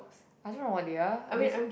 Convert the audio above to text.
I don't know what they are are this